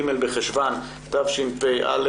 ג' בחשוון תשפ"א.